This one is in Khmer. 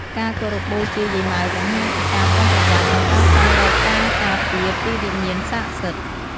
ការគោរពបូជាយាយម៉ៅបង្ហាញពីការប្រុងប្រយ័ត្ន និងការស្វែងរកការការពារពីវិញ្ញាណស័ក្តិសិទ្ធិ។